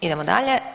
Idemo dalje.